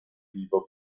vivo